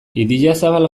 idiazabal